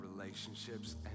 relationships